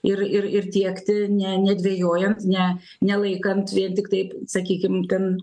ir ir tiekti ne nedvejojant ne nelaikant vien tik taip sakykim ten